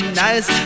nice